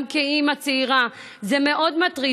גם כאימא צעירה זה מאוד מטריד.